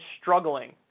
struggling